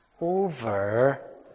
over